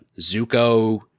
Zuko